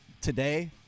today